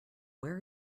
where